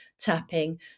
tapping